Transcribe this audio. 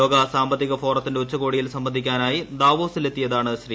ലോക സാമ്പത്തിക ഫോറത്തിന്റെ ഉച്ചകോടിയിൽ സംബന്ധിക്കാനായി ദാവോസിലെത്തിയതാണ് ശ്രീ